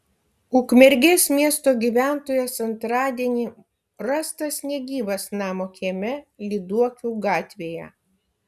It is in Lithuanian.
ukmergės miesto gyventojas antradienį rastas negyvas namo kieme lyduokių gatvėje